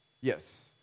Yes